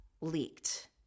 leaked